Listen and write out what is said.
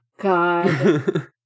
God